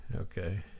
Okay